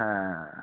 হ্যাঁ